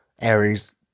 aries